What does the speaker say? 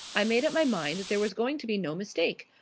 i made up my mind that there was going to be no mistake.